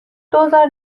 دوزار